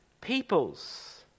peoples